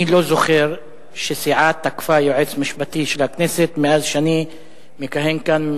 אני לא זוכר שסיעה תקפה יועץ משפטי של הכנסת מאז שאני מכהן כאן,